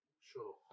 Sure